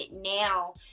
now